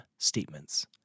statements